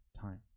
time